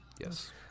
yes